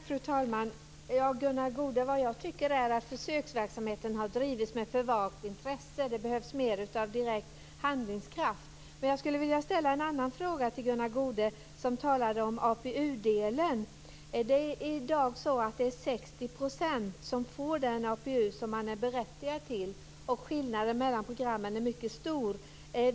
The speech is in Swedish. Fru talman! Jag tycker att försöksverksamheten har drivits med för vagt intresse. Det behövs mer av direkt handlingskraft. Goude, som talade om APU-delen. Det är i dag 60 % som får den APU som man är berättigad till, och skillnaden mellan programmen är mycket stor.